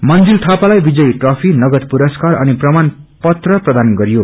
मंजिल थापालाई विजयी ट्रफी नगद पुरसकार अनि प्रमाण पत्र प्रदान गरियो